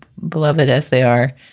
beloved as they are,